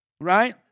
right